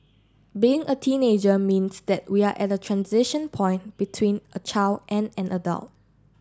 being a teenager means that we're at a transition point between a child and an adult